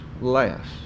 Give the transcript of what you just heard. last